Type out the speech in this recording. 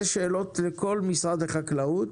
אלה שאלות לכל משרד החקלאות.